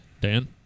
Dan